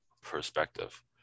perspective